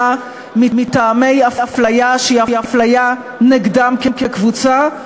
מטעמי אפליה שהיא אפליה נגדם כקבוצה.